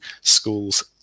schools